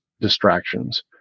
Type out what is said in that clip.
distractions